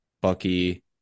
Bucky